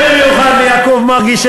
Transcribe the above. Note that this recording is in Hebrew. ובמיוחד ליעקב מרגי,